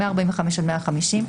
145 עד 150,